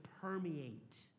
permeate